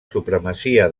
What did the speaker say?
supremacia